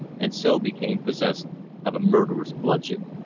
and so became possessed of a murderous bludgeon.